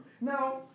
Now